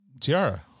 Tiara